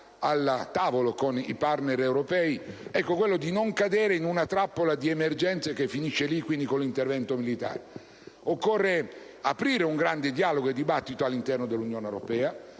al tavolo con i *partner* europei è quindi quello di non cadere nella trappola delle emergenze, che poi finisce lì con l'intervento militare. Occorre aprire un grande dialogo e dibattito all'interno dell'Unione europea